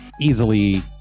easily